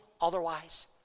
otherwise